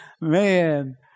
Man